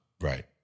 right